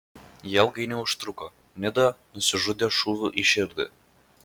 jie ilgai neužtruko nida nusižudė šūviu į širdį